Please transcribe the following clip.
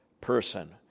person